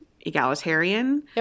egalitarian